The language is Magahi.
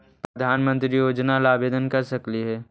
प्रधानमंत्री योजना ला आवेदन कर सकली हे?